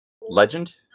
Legend